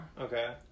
okay